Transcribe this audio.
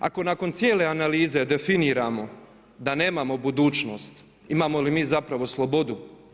Ako nakon cijele analize definiramo da nemamo budućnost, imamo li mi zapravo slobodu.